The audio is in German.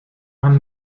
man